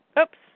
Oops